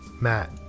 Matt